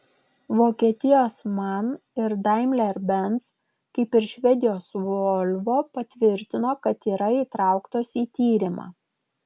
vokietijos man ir daimler benz kaip ir švedijos volvo patvirtino kad yra įtrauktos į tyrimą